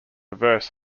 verse